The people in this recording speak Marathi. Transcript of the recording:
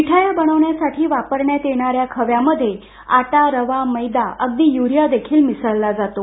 मिठाया बनवण्यासाठी वापरण्यात येणार्या खव्यामध्ये आटा रवा मैदा अगदी यूरिया देखील मिसळला जातो